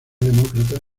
demócrata